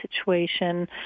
situation